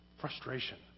Frustration